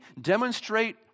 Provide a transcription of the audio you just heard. demonstrate